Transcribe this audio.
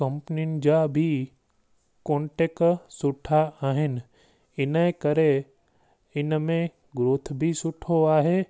कंपनियुनि जा बि कॉंटेक सुठा आहिनि हिनजे करे हिन में ग्रोथ बि सुठो आहे